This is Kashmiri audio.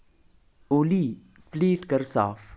اولی فِلیٖٹ کر صاف